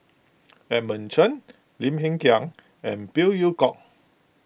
Edmund Cheng Lim Hng Kiang and Phey Yew Kok